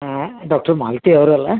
doctor Malathi ಅವರಲ್ಲ